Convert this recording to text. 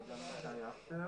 צהריים טובים.